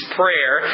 prayer